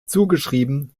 zugeschrieben